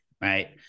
right